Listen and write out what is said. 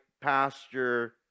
pasture